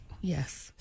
Yes